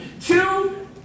Two